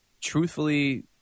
truthfully